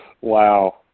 Wow